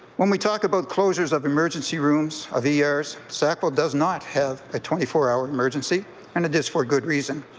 when we talk about closures of emergency rooms, of ers sackville does not have a twenty four hour emergency and it is for good reason.